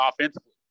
offensively